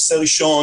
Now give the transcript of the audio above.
הדבר הראשון